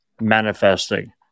manifesting